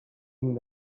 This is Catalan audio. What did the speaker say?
cinc